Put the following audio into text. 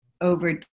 over